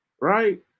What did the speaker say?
right